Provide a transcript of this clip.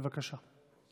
בבקשה.